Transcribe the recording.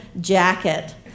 jacket